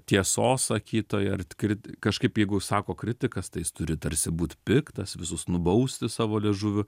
tiesos sakytoja ar kri kažkaip jeigu sako kritikas tai jis turi tarsi būt piktas visus nubausti savo liežuviu